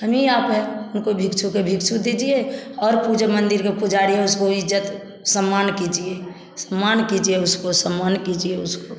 हम ही आप है उनको भिक्षु के भिक्षु दीजिए और पूजा मंदिर के पुजारी है उसको इज्जत सम्मान कीजिए सम्मान कीजिए उसको सम्मान कीजिए उसको